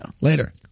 Later